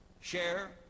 share